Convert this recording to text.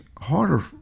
harder